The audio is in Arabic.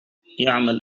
يعمل